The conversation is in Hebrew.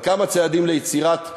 על כמה צעדים ליצירת,